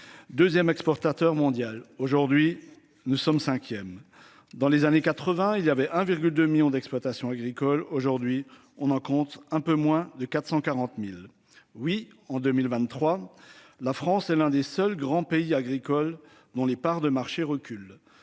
2ème exportateur mondial. Aujourd'hui nous sommes cinquièmes dans les années 80 il y avait 1,2 millions d'exploitations agricoles, aujourd'hui on en compte un peu moins de 440.000. Oui, en 2023, la France est l'un des seuls grands pays agricoles, dont les parts de marché recule,